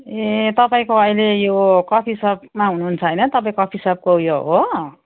ए तपाईँको अहिले यो कफी सपमा हुनुहुन्छ होइन तपाईँ कफी सपको उयो हो